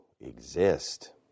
exist